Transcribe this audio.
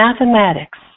mathematics